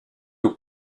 aux